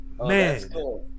man